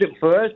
first